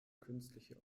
künstliche